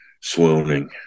swooning